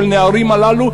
של הנערים הללו,